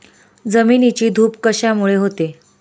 जमिनीची धूप कशामुळे होते?